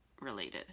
related